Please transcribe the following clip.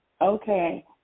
Okay